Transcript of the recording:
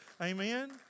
amen